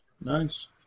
Nice